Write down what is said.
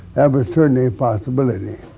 um certainly a possibility.